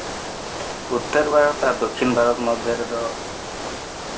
ᱩᱛᱛᱚᱨ ᱵᱷᱟᱨᱚᱛ ᱟᱨ ᱫᱚᱠᱠᱷᱤᱱ ᱵᱷᱟᱨᱚᱛ ᱢᱚᱫᱽᱫᱷᱮ ᱨᱮᱫᱚ